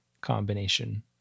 combination